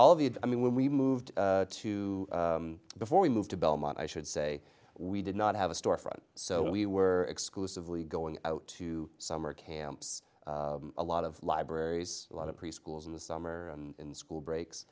all the i mean when we moved to before we moved to belmont i should say we did not have a storefront so we were exclusively going out to summer camps a lot of libraries a lot of preschools in the summer and in school breaks